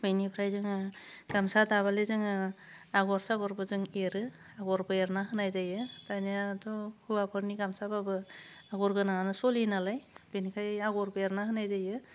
बेनिफ्राय जोङो गामसा दाबालाय जोङो आगर सागरबो जों एरो आगरबो एरना होनाय जायो दानायाथ' हौवाफोरनि गामसाबाबो आगर गोनांआनो सलियो नालाय बेनिफ्राय आगर एरना होनाय जायो